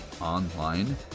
online